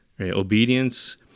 Obedience